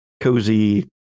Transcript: cozy